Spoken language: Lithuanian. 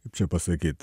kaip čia pasakyt